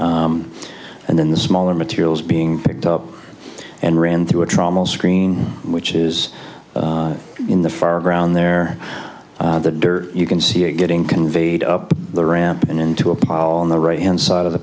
now and then the smaller materials being picked up and ran through a trauma screen which is in the far ground there you can see it getting conveyed up the ramp and into a pile on the right hand side of the